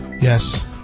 Yes